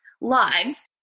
lives